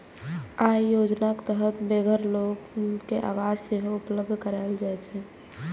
अय योजनाक तहत बेघर लोक कें आवास सेहो उपलब्ध कराएल जाइ छै